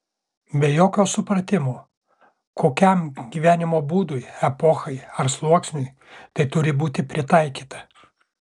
be jokio supratimo kokiam gyvenimo būdui epochai ar sluoksniui tai turi būti pritaikyta